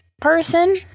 person